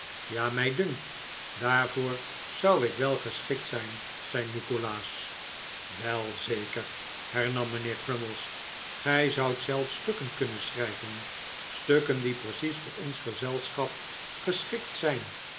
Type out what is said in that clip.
ja mij dunkt daarvoor zou ik wel geschikt zijn zei nikolaas wel zeker hernam mijnheer crummies gij zoudt zelfs stukken kunnen schrijven stukken die precies voor ons gezelschap geschikt zijn